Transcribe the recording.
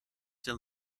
denn